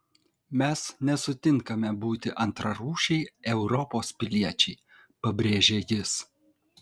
mes nesutinkame būti antrarūšiai europos piliečiai pabrėžė jis